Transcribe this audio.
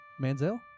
Manziel